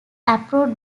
approved